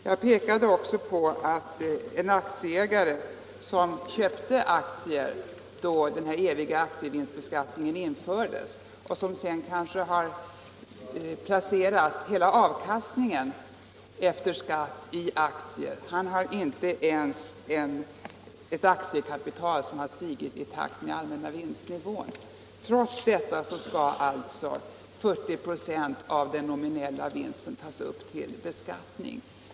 Jag visade också på att en aktieägare som köpte aktier då den här eviga aktievinstbeskattningen infördes och som sedan kanske har placerat hela avkastningen efter skatt i aktier inte ens har ett aktiekapital som stigit i takt med allmänna vinstnivån. Trots detta skall alltså 40 96 av den nominella vinsten tas upp till beskattning.